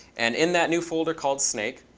and in that new folder called snake,